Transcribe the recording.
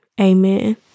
Amen